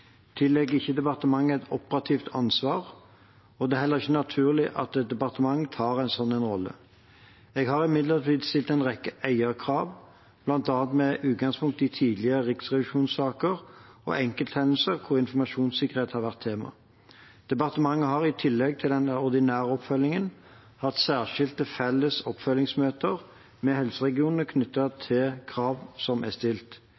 tillegger ikke departementet et operativt ansvar, og det er heller ikke naturlig at et departement tar en sånn rolle. Jeg har imidlertid stilt en rekke eierkrav, bl.a. med utgangspunkt i tidligere riksrevisjonssaker og enkelthendelser, hvor informasjonssikkerhet har vært tema. Departementet har, i tillegg til den ordinære oppfølgingen, hatt særskilte felles oppfølgingsmøter med helseregionene knyttet til krav som er stilt.